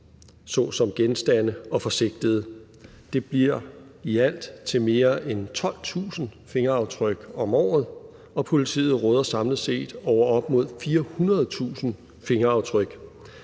såsom genstande og fra sigtede. Det bliver i alt til mere end 12.000 fingeraftryk om året, og politiet råder samlet set over op mod 400.000 fingeraftryk.